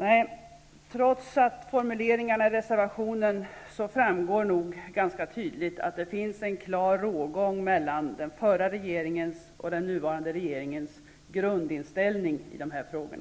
Nej, trots formuleringarna i reservationen framgår det nog ganska tydligt att det finns en klar rågång mellan den förra regeringens och den nuvarande regeringens grundinställning i dessa frågor.